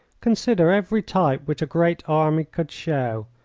consider every type which a great army could show.